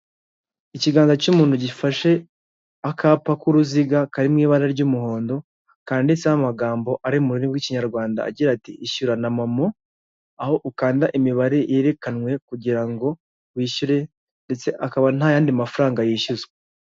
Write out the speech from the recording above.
Ikiganza cy'umuntu gifashe akapa k'uruziga kari mu ibara ry'umuhondo kanditseho amagambo ari mu rurimi rw'ikinyarwanda agira ati ishyurana na momo aho ukanda imibare yerekanwe kugira ngo wishyure ndetse akaba nta yandi mafaranga yishyuzwa.